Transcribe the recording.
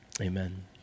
Amen